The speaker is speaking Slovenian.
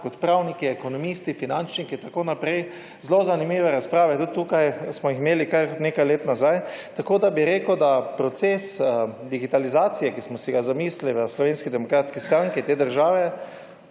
kot pravniki, ekonomisti, finančniki, tako naprej. Zelo zanimive razprave, tudi tukaj smo jih imeli kar nekaj let nazaj. Tako da bi rekel, da proces digitalizacije te države, ki smo si ga zamislili v Slovenski demokratski stranki, tudi